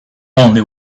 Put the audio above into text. only